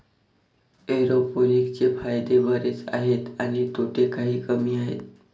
एरोपोनिक्सचे फायदे बरेच आहेत आणि तोटे काही कमी आहेत